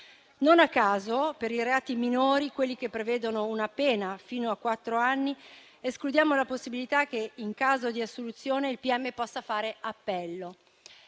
Non a caso, per i reati minori, quelli che prevedono una pena fino a quattro anni, escludiamo la possibilità che, in caso di assoluzione, il pubblico ministero